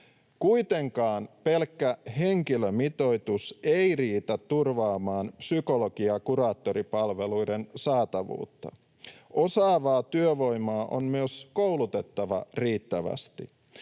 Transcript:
Kuitenkaan pelkkä henkilömitoitus ei riitä turvaamaan psykologi- ja kuraattoripalveluiden saatavuutta. Osaavaa työvoimaa on myös koulutettava riittävästi.